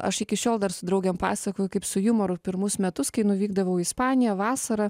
aš iki šiol dar su draugėm pasakoju kaip su jumoru pirmus metus kai nuvykdavau į ispaniją vasarą